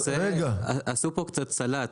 --- עשו פה קצת סלט,